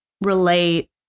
relate